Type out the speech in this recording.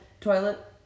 toilet